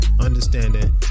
understanding